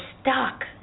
stuck